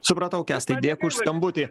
supratau kęstai dėkui už skambutį